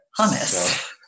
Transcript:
hummus